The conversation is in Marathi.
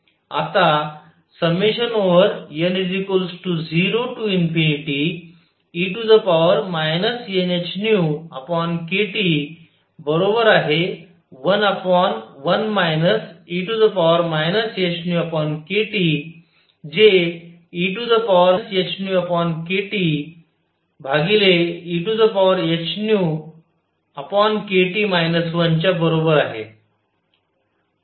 आता n0e nhνkT11 e hνkT जे ehνkTehνkT 1च्या बरोबर आहे